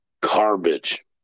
garbage